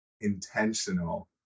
intentional